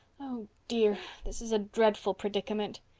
oh dear, this is a dreadful predicament.